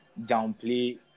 downplay